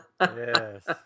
Yes